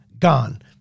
Gone